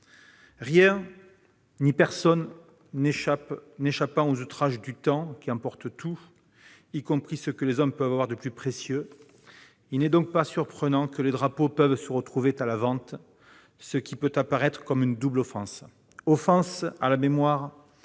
Rien ni personne n'échappant aux outrages du temps qui emporte tout, y compris ce que les hommes peuvent avoir de plus précieux, il n'est pas surprenant que des drapeaux puissent être proposés à la vente. Cela peut apparaître comme une double offense : offense à la mémoire